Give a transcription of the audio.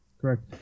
Correct